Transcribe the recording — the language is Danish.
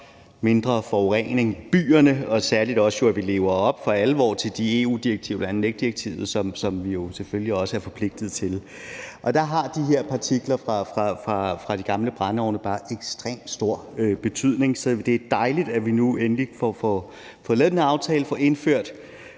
mindre forurening i byerne og særlig også, at vi alvor lever op til de EU-direktiver, bl.a. NEC-direktivet, som vi er forpligtet til. Og der har de her partikler fra de gamle brændeovne bare ekstremt stor betydning. Så det er dejligt, at vi nu endelig får lavet den her aftale, altså får indført